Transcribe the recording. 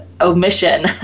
omission